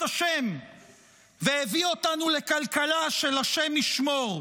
השם והביא אותנו לכלכלה של השם ישמור.